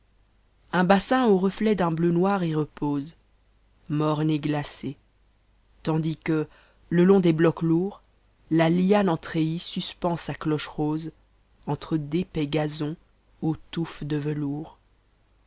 un bassin aux remcts d'un bleu noir y repose morne et glace tandis qnc te long des blocs tourds la liane en treillis snapend sa cloche rosé entre d'épais gazons aux tomnes de velours